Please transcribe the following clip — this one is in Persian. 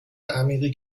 عمیقی